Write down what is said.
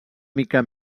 mica